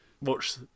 watch